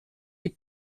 les